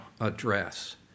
address